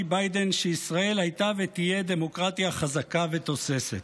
ביידן שישראל הייתה ותהיה דמוקרטיה חזקה ותוססת.